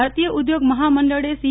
ભારતીય ઉદ્યોગ મહામંડળએ સી